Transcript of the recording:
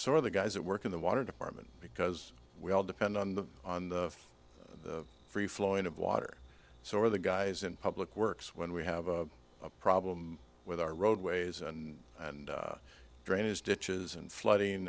sort of the guys that work in the water department because we all depend on the on the free flowing of water so are the guys in public works when we have a problem with our roadways and and drainage ditches and flooding